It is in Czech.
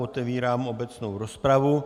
Otevírám obecnou rozpravu.